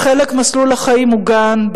לחלק מסלול החיים הוא גן,